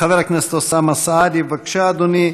חבר הכנסת אוסאמה סעדי, בבקשה, אדוני.